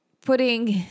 putting